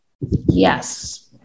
Yes